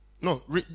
No